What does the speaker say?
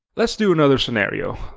let's do another scenario.